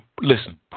Listen